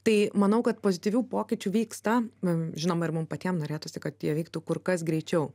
tai manau kad pozityvių pokyčių vyksta žinoma ir mum patiem norėtųsi kad jie vyktų kur kas greičiau